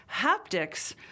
Haptics